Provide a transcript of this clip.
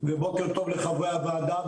ובוקר טוב לחברי הוועדה,